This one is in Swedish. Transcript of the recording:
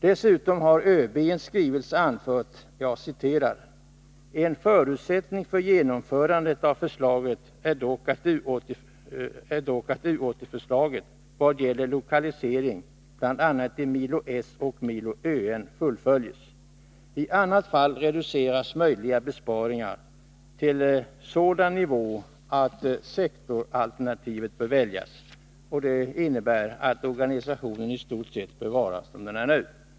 Dessutom har ÖB i en skrivelse anfört följande: ”En förutsättning för genomförandet av förslaget är dock att U 80-förslaget, vad gäller lokalisering bl.a. i milo S och milo ÖN fullföljes. I annat fall reduceras möjliga besparingar till sådan nivå att sektoralternativet bör väljas.” Detta innebär att organisationen i stort sett bör vara som den är nu.